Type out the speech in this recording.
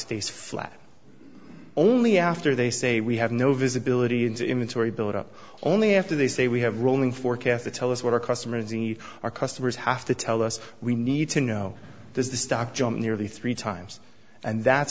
stays flat only after they say we have no visibility into imagery build up only after they say we have rolling forecasts to tell us what our customers in our customers have to tell us we need to know does the stock jump nearly three times and that's